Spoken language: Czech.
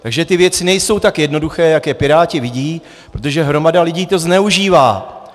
Takže ty věci nejsou tak jednoduché, jak je Piráti vidí, protože hromada lidí to zneužívá.